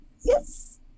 yes